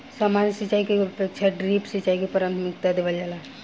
सामान्य सिंचाई के अपेक्षा ड्रिप सिंचाई के प्राथमिकता देवल जाला